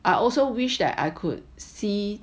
I also wish that I could see